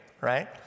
right